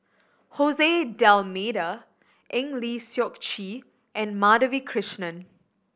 D'Almeida Eng Lee Seok Chee and Madhavi Krishnan